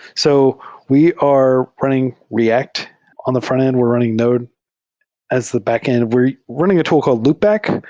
so we are running react on the frontend. we're running node as the backend. we're running a tool called loopback,